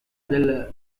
del